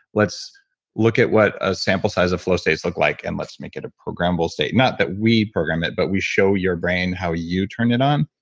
let's look at what a sample size of flow states look like and let's make it a programmable state. not that we program it, but we show your brain how you turn it on.